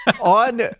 on